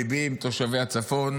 ליבי עם תושבי הצפון.